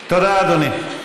תודה, אדוני.